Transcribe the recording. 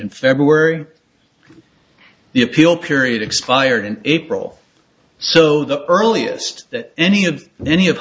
in february the appeal period expired in april so the earliest that any of